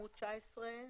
בעמוד 19,